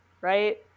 right